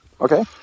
Okay